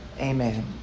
Amen